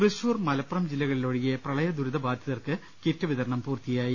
തൃശ്ശൂർ മലപ്പുറം ജില്ലകളിലൊഴികെ പ്രളയ ദുരിത ബാധിതർക്ക് കിറ്റ് വിതരണം പൂർത്തിയായി